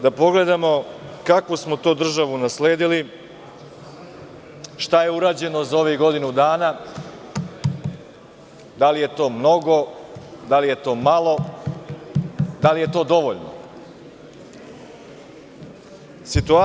Da pogledamo kakvu smo to državu nasledili, šta je urađeno za ovih godinu dana, da li je to mnogo, da li je to malo, da li je to dovoljno.